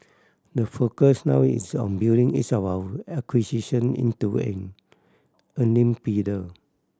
the focus now is on building each of our acquisition into an earning pillar